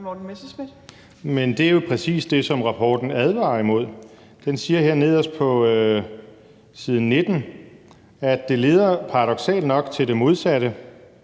Morten Messerschmidt (DF): Men det er jo præcis det, som rapporten advarer imod. Den siger her nederst på side 19: »Det leder paradoksalt nok til det modsatte«